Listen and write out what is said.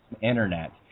internet